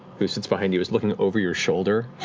who sits behind you, is looking over your shoulder